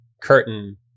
curtain